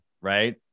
right